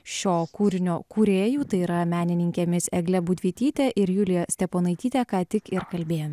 šio kūrinio kūrėjų tai yra menininkėmis egle budvytyte ir julija steponaityte ką tik ir kalbėjomės